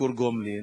ביקור גומלין.